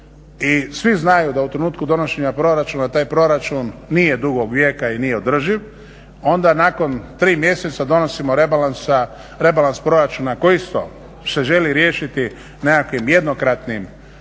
svi znaju da u trenutku donošenja proračuna taj proračun nije dugog vijeka i nije održiv onda nakon 3 mjeseca donosimo rebalans proračuna koji isto se želi riješiti nekakvim jednokratnim zahvatima